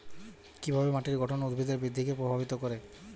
কিভাবে মাটির গঠন উদ্ভিদের বৃদ্ধিকে প্রভাবিত করে?